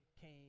came